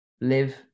live